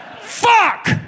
Fuck